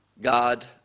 God